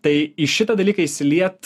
tai į šitą dalyką įsiliet